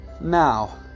now